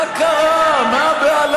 מה קרה?